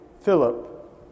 Philip